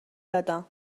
دادم